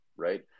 right